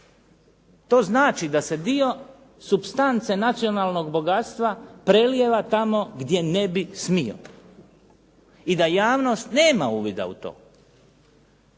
To znači da se dio supstance nacionalnog bogatstva prelijeva tamo gdje ne bi smio. I da javnost nema uvida u to.